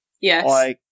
Yes